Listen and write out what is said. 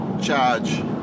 charge